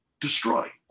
destroy